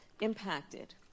impacted